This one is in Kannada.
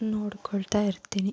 ನೋಡ್ಕೊಳ್ತಾಯಿರ್ತೀನಿ